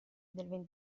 del